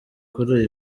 kuri